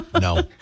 No